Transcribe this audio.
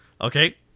Okay